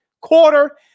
quarter